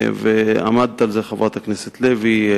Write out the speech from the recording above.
ועמדת על זה, חברת הכנסת לוי.